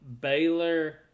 Baylor